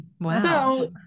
Wow